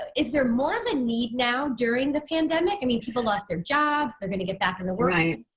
is there more of a need now during the pandemic? i mean, people lost their jobs. they're going to get back in the workforce. right.